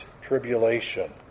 Tribulation